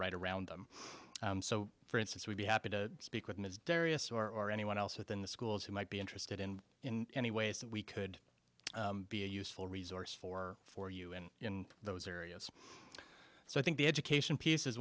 right around them so for instance we'd be happy to speak with ms darrius or anyone else within the schools who might be interested in in any ways that we could be a useful resource for for you and in those areas so i think the education piece